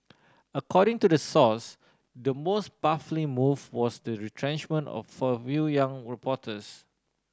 according to the source the most baffling move was the retrenchment of a few young reporters